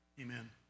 Amen